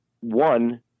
one